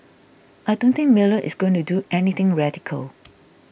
I don't think Mueller is going to do anything radical